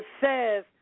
says